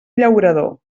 llaurador